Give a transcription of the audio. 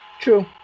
True